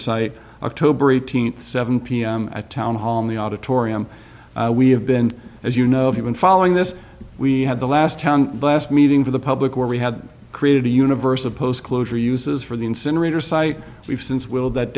site october eighteenth seven pm at town hall in the auditorium we have been as you know if you've been following this we had the last blast meeting for the public where we had created a universe of post closure uses for the incinerator site we've since will that